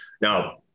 Now